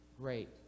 great